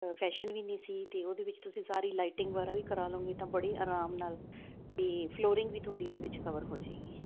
fashion ਵੀ ਨੀ ਸੀ ਤੇ ਉਹਦੇ ਵਿੱਚ ਤੁਸੀਂ ਸਾਰੀ ਲਾਈਟਿੰਗ ਵਗੈਰਾ ਵੀ ਕਰਾ ਲੋਗੇ ਤਾਂ ਬੜੀ ਆਰਾਮ ਨਾਲ ਤੇ ਫਲੋਰਿੰਗ ਵੀ ਤੁਹਾਡੀ ਇਹਦੇ ਵਿੱਚ ਕਵਰ ਹੋਜੇਗੀ